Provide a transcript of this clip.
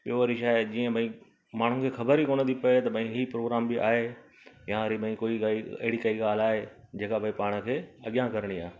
ॿियों वरी छाहे जीअं भई माण्हुनि खे ख़बर ई कोन थी पिए त भई ई प्रोग्राम बि आहे या वरी बि कोई भई अहिड़ी काई ॻाल्हि आहे जेका भई पाण खे अॻियां करिणी आहे